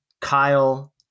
Kyle